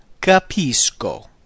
capisco